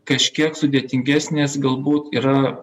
kažkiek sudėtingesnis galbūt yra